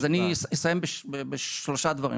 אז אני אסיים בשלושה דברים.